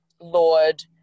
Lord